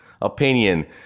opinion